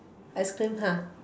ice cream ah